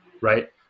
right